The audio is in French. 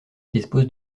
dispose